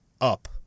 up